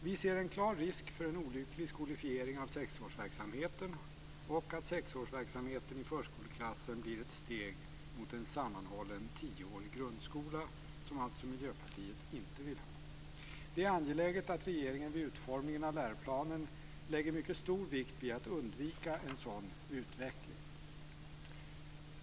Vi ser en klar risk för en olycklig skolifiering av sexårsverksamheten och att sexårsverksamheten i förskoleklassen blir ett steg mot en sammanhållen tioårig grundskola, som alltså Miljöpartiet inte vill ha. Det är angeläget att regeringen vid utformningen av läroplanen lägger mycket stor vikt vid att undvika en sådan utveckling.